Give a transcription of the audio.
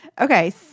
Okay